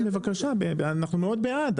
בבקשה, אנחנו מאוד בעד.